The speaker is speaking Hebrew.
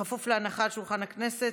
בכפוף להנחה על שולחן הכנסת,